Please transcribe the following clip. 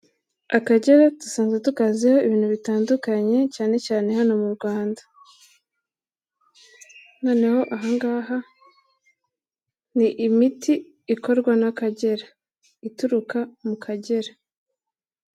Akagera dusanzwe tukaziho ibintu bitandukanye cyane cyane hano mu Rwanda. Noneho aha ngaha, ni imiti ikorwa n'Akagera ituruka mu Kagera.